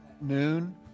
Noon